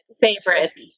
favorite